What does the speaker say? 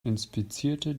inspizierte